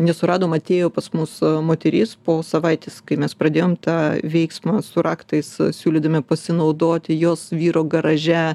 nesuradom atėjo pas mus moteris po savaitės kai mes pradėjome tą veiksmą su raktais siūlydami pasinaudoti jos vyro garaže